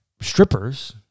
strippers